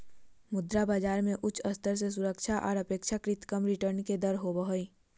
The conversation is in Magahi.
मुद्रा बाजार मे उच्च स्तर के सुरक्षा आर अपेक्षाकृत कम रिटर्न के दर होवो हय